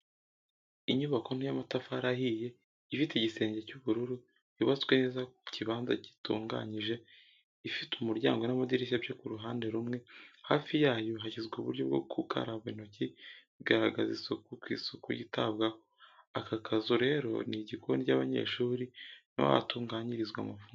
Inyubako nto y’amatafari ahiye, ifite igisenge cy’ubururu, yubatswe neza ku kibanza gitunganyije, ifite umuryango n’amadirishya byo ku ruhande rumwe, Hafi yayo hashyizwe uburyo bwo gukaraba intoki, bigaragaza isuku ko isuku yitabwaho. akakazu rero nigikoni cy'abanyeshuli niho hatunganyirizwa amafunguro.